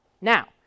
Now